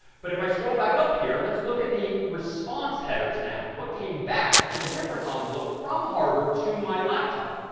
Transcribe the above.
but if i scroll back up here, let's look at the response headers now, what came back in a different envelope from harvard to my laptop.